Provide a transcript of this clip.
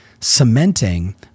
cementing